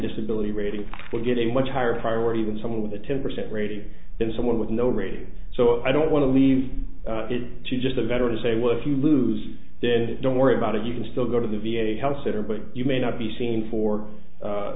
disability rating will get a much higher priority than someone with a ten percent rating than someone with no ratings so i don't want to leave it to just a veteran to say well if you lose then don't worry about it you can still go to the v a health center but you may not be seen for